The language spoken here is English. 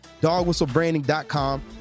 dogwhistlebranding.com